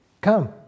come